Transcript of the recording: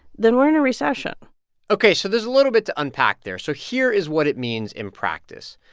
then we're in a recession ok, so there's a little bit to unpack there. so here is what it means in practice.